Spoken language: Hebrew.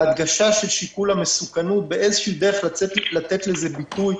ההדגשה של שיקול המסוכנות באיזושהי דרך לתת לזה ביטוי.